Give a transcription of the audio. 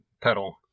pedal